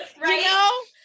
right